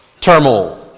turmoil